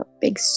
big